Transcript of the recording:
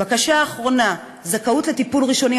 בקשה אחרונה: זכאות לטיפול ראשוני,